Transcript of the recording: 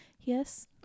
yes